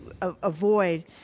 avoid